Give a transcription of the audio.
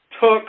took